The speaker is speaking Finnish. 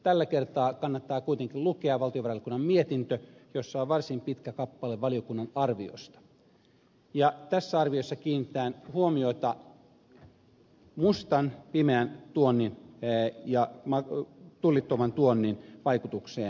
tällä kertaa kannattaa kuitenkin lukea valtiovarainvaliokunnan mietintö jossa on varsin pitkä kappale valiokunnan arviosta ja tässä arviossa kiinnitetään huomiota mustan pimeän tuonnin ja tullittoman tuonnin vaikutukseen suomessa